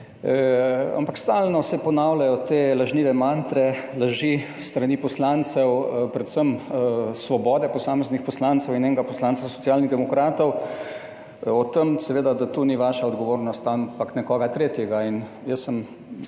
Ampak stalno se ponavljajo te lažnive mantre, laži s strani poslancev, predvsem posameznih poslancev Svobode in enega poslanca Socialnih demokratov, o tem, da to ni vaša odgovornost ampak nekoga tretjega.